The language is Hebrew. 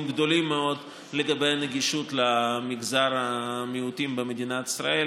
גדולים מאוד לגבי הנגישות למגזר המיעוטים במדינת ישראל,